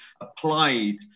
applied